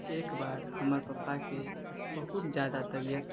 एकबार हमर पापाके बहुत ज्यादा तबियत